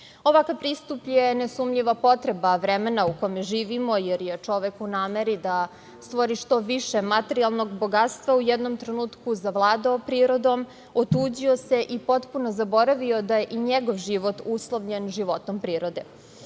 Ovakav pristup je nesumnjivo potreba vremena u kome živimo, jer je čovek, u nameri da stvori što više materijalnog bogatstva, u jednom trenutku zavladao prirodom, otuđio se i potpuno zaboravio da je i njegov život uslovljen životom prirode. Čitav